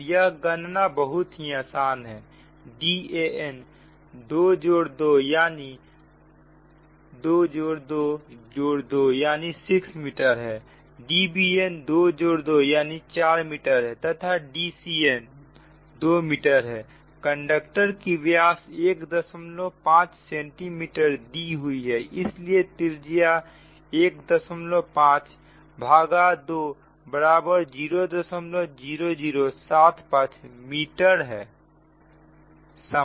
अब यह गणना बहुत ही आसान है Dan 2 जोड़ 2 जोड़ 2 जोड़ यानी 6 मीटर है Dbn2 जोड़ 2 यानी 4 मीटर है तथा Dcn 2 मीटर है कंडक्टर की व्यास 15 सेंटीमीटर दी हुई है इसलिए त्रिज्या 15 भाग 2 बराबर 00075 मीटर है